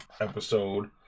episode